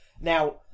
Now